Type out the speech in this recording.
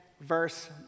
verse